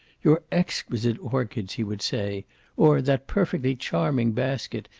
your exquisite orchids, he would say or, that perfectly charming basket.